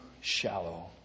shallow